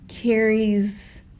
carries